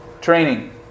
training